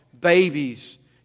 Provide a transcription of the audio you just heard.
babies